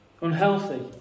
unhealthy